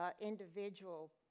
individual